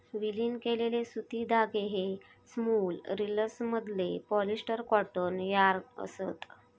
विलीन केलेले सुती धागे हे स्पूल रिल्समधले पॉलिस्टर कॉटन यार्न असत